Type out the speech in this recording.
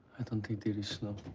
i don't think there is snow.